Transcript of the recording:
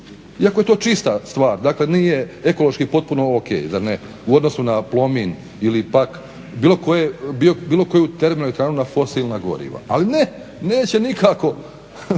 Iako je to čista stvar nije ekološki potpuno o.k. zar ne u odnosu na Plomin ili pak bilo koju TE na fosilna goriva. Ali ne neće nikako